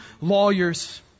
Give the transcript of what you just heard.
lawyers